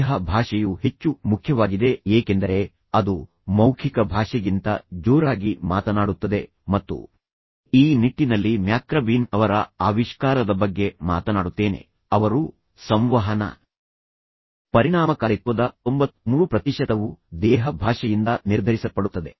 ದೇಹ ಭಾಷೆಯು ಹೆಚ್ಚು ಮುಖ್ಯವಾಗಿದೆ ಏಕೆಂದರೆ ಅದು ಮೌಖಿಕ ಭಾಷೆಗಿಂತ ಜೋರಾಗಿ ಮಾತನಾಡುತ್ತದೆ ಮತ್ತು ಈ ನಿಟ್ಟಿನಲ್ಲಿ ಮ್ಯಾಕ್ರಬೀನ್ ಅವರ ಆವಿಷ್ಕಾರದ ಬಗ್ಗೆ ಮಾತನಾಡುತ್ತೇನೆ ಅವರು ಸಂವಹನ ಪರಿಣಾಮಕಾರಿತ್ವದ 93 ಪ್ರತಿಶತವು ದೇಹ ಭಾಷೆಯಿಂದ ನಿರ್ಧರಿಸಲ್ಪಡುತ್ತದೆ